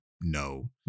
No